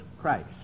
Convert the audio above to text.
Christ